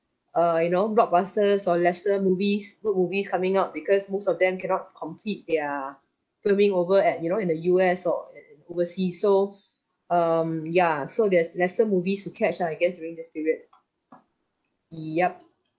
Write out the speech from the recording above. err you know blockbusters or lesser movies good movies coming out because most of them cannot complete their filming over at you know in the U_S or overseas so um ya so there's lesser movies who catch lah I guess during this period yup